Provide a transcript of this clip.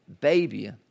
baby